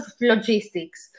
logistics